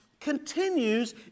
continues